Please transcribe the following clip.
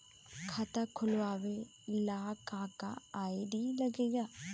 खाता खोलवावे ला का का आई.डी लागेला?